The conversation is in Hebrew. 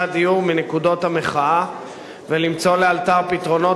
הדיור מנקודות המחאה ולמצוא לאלתר פתרונות